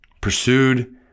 Pursued